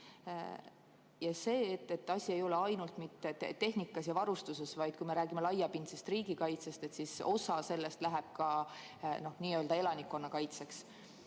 ning et asi ei ole ainult tehnikas ja varustuses, vaid kui me räägime laiapindsest riigikaitsest, siis osa sellest läheb ka elanikkonna kaitseks.